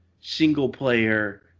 single-player